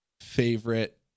favorite